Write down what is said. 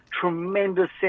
tremendous